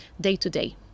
day-to-day